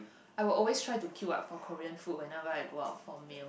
I will always try to queue up for Korean food whenever I go out for meal